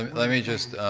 let me just